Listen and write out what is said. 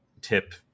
tip